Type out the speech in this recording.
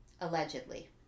Allegedly